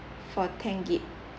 for ten gig~